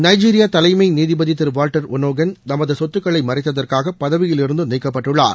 Nigeria தலைமை நீதிபதி திரு வால்டர் ஒன்னோகன் தமது சொத்துக்களை மறைத்ததற்காக பதவியிலிருந்து நீக்கப்பட்டுள்ளார்